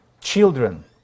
children